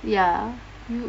ya